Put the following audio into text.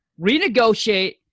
renegotiate